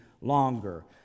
longer